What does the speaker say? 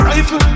Rifle